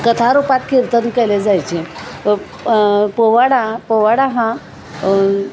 कथारूपात कीर्तन केले जायचे पोवाडा पोवाडा हा